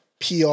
PR